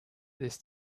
this